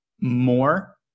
more